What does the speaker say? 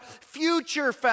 future